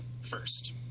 first